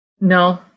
No